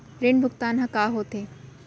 ऋण भुगतान ह का होथे?